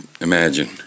imagine